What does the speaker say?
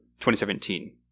2017